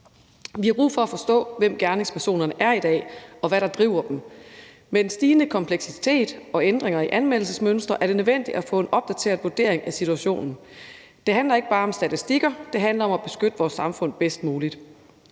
Vi har brug for at forstå, hvem gerningspersonen er i dag, og hvad der driver dem. Med en stigende kompleksitet og ændringer i anmeldelsesmønstre er det nødvendigt at få en opdateret vurdering af situationen. Det handler ikke bare om statistikker, det handler om at beskytte vores samfund bedst muligt.